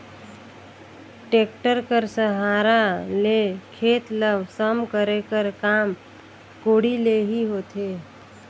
tractor कर सहारा ले खेत ल सम करे कर काम कोड़ी ले ही होथे